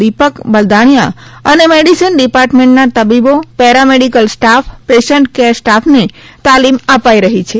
દીપક બલદાણિયા અને મેડિસીન ડિપાર્ટમેન્ટના તબીબો પેરામેડિકલ સ્ટાફ પેશન્ટ કેર સ્ટાફને તાલીમ અપાઇ રહી છે